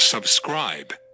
Subscribe